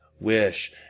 wish